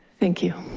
thank you.